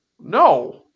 No